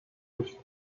with